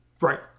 right